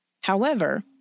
However